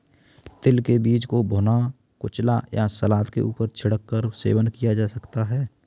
तिल के बीज को भुना, कुचला या सलाद के ऊपर छिड़क कर सेवन किया जा सकता है